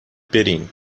برین